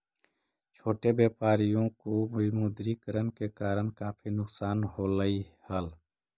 छोटे व्यापारियों को विमुद्रीकरण के कारण काफी नुकसान होलई हल